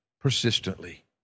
persistently